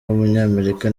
w’umunyamerika